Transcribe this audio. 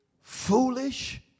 foolish